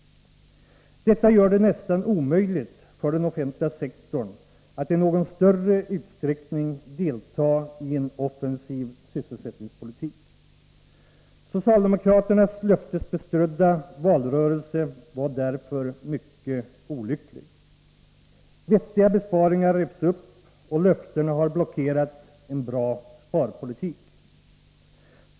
Detta gör det nästan omöjligt för den offentliga sektorn att i någon större utsträckning delta i en offensiv sysselsättningspolitik. Socialdemokraternas löftesbeströdda valrörelse var därför mycket olycklig. Vettiga besparingar revs upp, och löftena har blockerat en bra sparpolitik.